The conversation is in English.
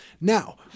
Now